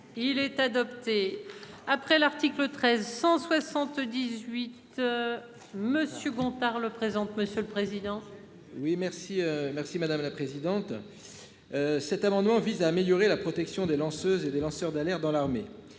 il est adopté. Après l'article 13 178. Monsieur Gontard le présente monsieur le président. Oui merci merci madame la présidente. Cet amendement vise à améliorer la protection des lanceuse et des lanceurs d'alerte dans l'armée